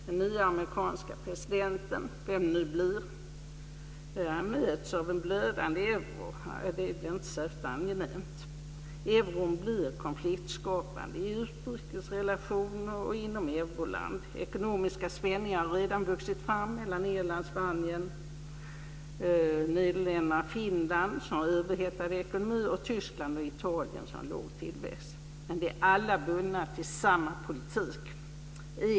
Den nye amerikanske presidenten - vem det nu blir - möts av en blödande euro. Det blir inte särskilt angenämt. Euron blir konfliktskapande i utrikesrelationer och inom euroland. Ekonomiska spänningar har redan vuxit fram mellan Irland, Spanien, Nederländerna och Finland - som har överhettade ekonomier - och Tyskland och Italien som har låg tillväxt. Men de är alla bundna till samma politik.